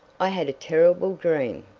i had a terrible dream.